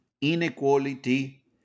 inequality